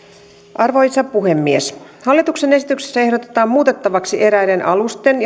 arvoisa puhemies hallituksen esityksessä ehdotetaan muutettavaksi eräiden alusten